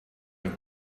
have